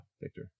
Victor